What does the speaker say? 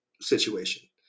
situation